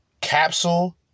Capsule